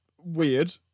weird